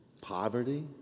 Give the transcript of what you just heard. Poverty